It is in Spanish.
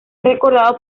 recordado